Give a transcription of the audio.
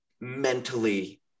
mentally